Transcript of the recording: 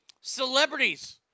Celebrities